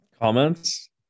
comments